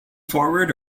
forward